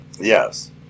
Yes